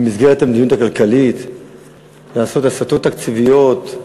במסגרת המדיניות הכלכלית לעשות הסטות תקציביות,